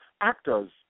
actors